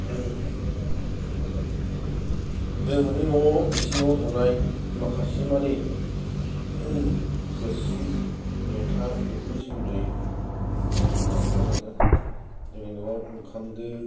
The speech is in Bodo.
जोंहानि न'आव इसिङाव थानाय माखासेमानि थोरसि लथा बेफोरनि सोमोन्दै आं बुंनो आखाइआव लादों जोंनि न'आव ओंखाम दो